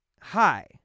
hi